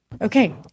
Okay